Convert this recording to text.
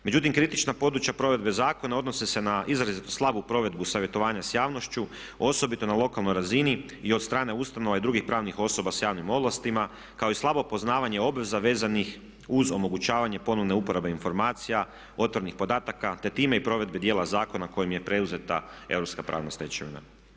Međutim kritična područja provedbe zakona odnose se na izrazito slabu provedbu savjetovanja s javnošću osobito na lokalnoj razini i od strane ustanova i drugih pravnih osoba sa javnim ovlastima kao i slabo poznavanje obveza vezanih uz omogućavanje ponovne uporabe informacija, otvorenih podataka, te time i provedbe dijela zakona kojim je preuzeta europska pravna stečevina.